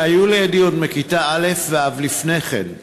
שהיו לידי עוד מכיתה א' ואף לפני כן.